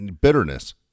bitterness